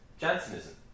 Jansenism